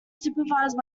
supervised